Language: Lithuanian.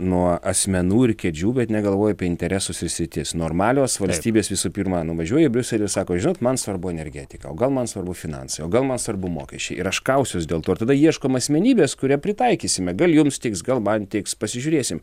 nuo asmenų ir kėdžių bet negalvoja apie interesus ir sritis normalios valstybės visų pirma nuvažiuoja į briuselį ir sako žinot man svarbu energetika o gal man svarbu finansai o gal man svarbu mokesčiai ir aš kausiuos dėl to ir tada ieškoma asmenybės kurią pritaikysime gal jums tiks gal man tiks pasižiūrėsim